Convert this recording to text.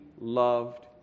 loved